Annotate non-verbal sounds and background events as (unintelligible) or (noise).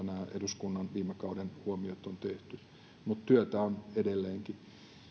(unintelligible) nämä eduskunnan viime kauden huomiot on tehty mutta työtä on edelleenkin